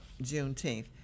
Juneteenth